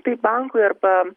tai bankui arba